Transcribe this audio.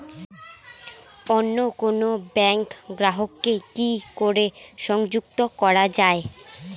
অন্য কোনো ব্যাংক গ্রাহক কে কি করে সংযুক্ত করা য়ায়?